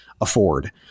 afford